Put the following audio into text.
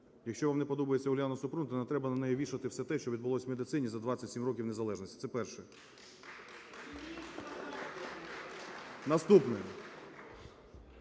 Якщо вам не подобається Уляна Супрун, то не треба на неї вішати все те, що відбулось у медицині за 27 років незалежності. Це перше. (Оплески)